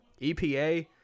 EPA